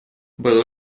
был